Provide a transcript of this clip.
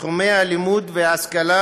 בתחומי לימוד והשכלה,